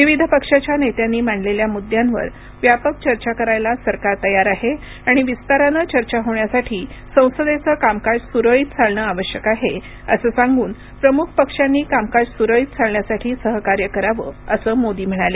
विविध पक्षाच्या नेत्यांनी मांडलेल्या मुद्द्यांवर व्यापक चर्चा करायला सरकार तयार आहे आणि विस्तारानं चर्चा होण्यासाठी संसदेचं कामकाज सुरळीत चालणं आवश्यक आहे असं सांगून प्रमुख पक्षांनी कामकाज सुरळीत चालण्यासाठी सहकार्य करावं असं मोदी म्हणाले